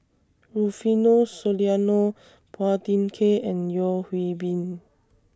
Rufino Soliano Phua Thin Kiay and Yeo Hwee Bin